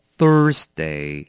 Thursday